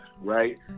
right